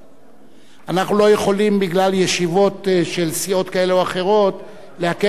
אנחנו לא יכולים בגלל ישיבות של סיעות כאלה או אחרות לעכב את ההצבעה,